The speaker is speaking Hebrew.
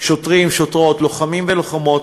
שוטרים, שוטרות, לוחמים ולוחמות,